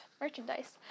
merchandise